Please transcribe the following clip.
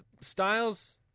Styles